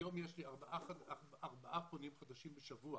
היום יש לי ארבעה פונים חדשים בשבוע.